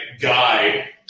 guide